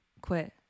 Quit